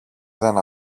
δεν